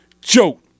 joke